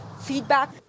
feedback